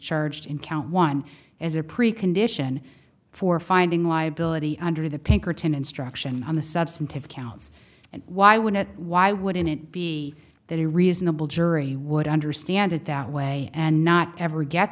charged in count one as a precondition for finding liability under the pinkerton instruction on the substantive counts and why would why wouldn't it be that a reasonable jury would understand it that way and not ever get